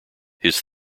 his